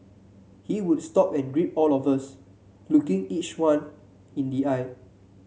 he would stop and greet all of us looking each one in the eye